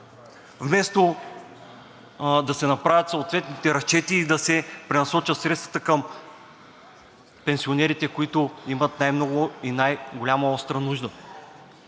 вместо да се направят съответните разчети и да се пренасочат средствата към пенсионерите, които имат най-много и най-голяма, остра нужда,